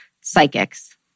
psychics